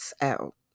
out